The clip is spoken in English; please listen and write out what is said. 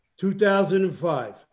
2005